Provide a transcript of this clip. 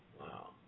Wow